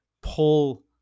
pull